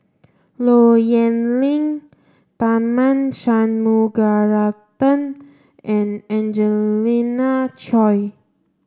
Low Yen Ling Tharman Shanmugaratnam and Angelina Choy